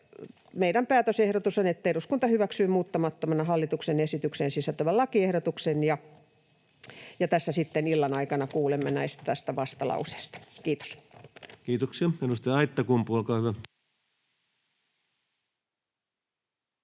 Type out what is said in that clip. Meidän päätösehdotuksemme on, että eduskunta hyväksyy muuttamattomana hallituksen esitykseen sisältyvän lakiehdotuksen, ja tässä sitten illan aikana kuulemme tästä vastalauseesta. — Kiitos. [Speech 107] Speaker: Ensimmäinen